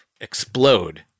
explode